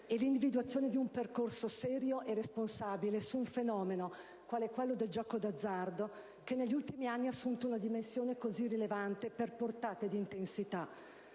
e l'individuazione di un percorso serio e responsabile sul fenomeno, qual è quello del gioco d'azzardo, che negli ultimi anni ha assunto una dimensione così rilevante per portata ed intensità.